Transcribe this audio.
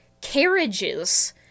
carriages